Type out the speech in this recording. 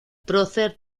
prócer